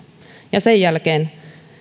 ja sen jälkeen